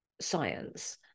science